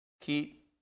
keep